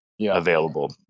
available